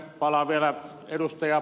palaan vielä ed